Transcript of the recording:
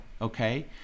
okay